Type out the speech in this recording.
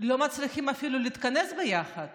לא מצליחים אפילו להתכנס ביחד